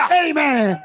amen